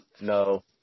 no